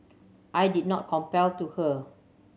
I did not compel to her